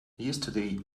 yesterday